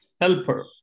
helper